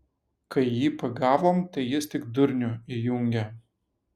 kai jį pagavom tai jis tik durnių įjungė